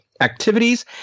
activities